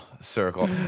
circle